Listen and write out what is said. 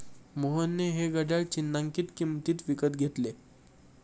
मोहनने हे घड्याळ चिन्हांकित किंमतीत विकत घेतले